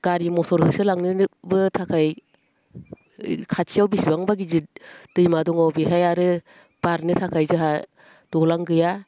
गारि मथर होसोलांनोबो थाखाय खाथियाव बेसेबांबा गिदिद दैमा दङ बेहाय आरो बारनो थाखाय जाहा दालां गैया